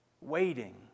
waiting